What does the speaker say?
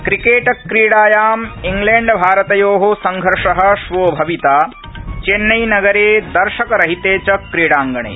क्रिकेटक्रीडायां इंग्लैण्डभारतयो संघर्ष श्वो भविता चेन्नई नगरे दर्शकरहिते च क्रीडांगणे